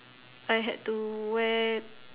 I had to wear